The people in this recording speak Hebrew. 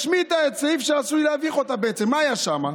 השמיטה סעיף שעשוי להביך אותה, מה היה שם?